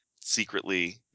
secretly